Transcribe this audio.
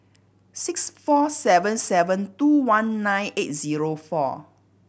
six four seven seven two one nine eight zero four